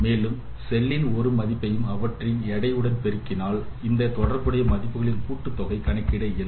மேலும் செல்லின் ஓர் மதிப்பையும் அவற்றின் எடையுடன் பெருக்கினால் இந்த தொடர்புடைய மதிப்புகளின் கூட்டுத் தொகையை கணக்கிட இயலும்